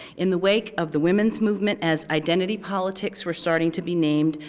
in the wake of the women's movement as identity politics were starting to be named,